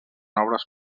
obres